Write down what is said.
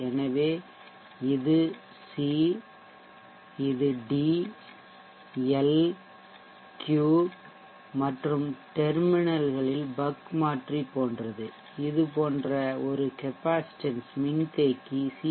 எனவே இது C D L Q மற்றும் டெர்மினல்களில் பக் மாற்றி போன்றது இது போன்ற ஒரு கெப்பாசிட்டன்ஸ் மின்தேக்கி சி